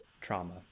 trauma